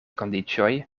kondiĉoj